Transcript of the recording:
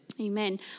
Amen